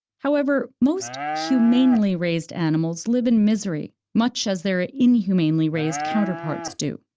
however most humanely raised animals live in misery, much as their inhumanely raised counterparts do,